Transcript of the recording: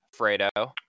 Fredo